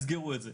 תסגרו את זה.